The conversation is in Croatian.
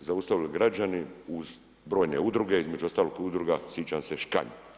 zaustavili građani uz brojne udruge, između ostalog udruga, sjećam se, Škanj.